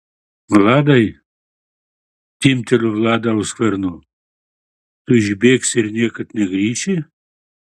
vladai timpteliu vladą už skverno tu išbėgsi ir niekad negrįši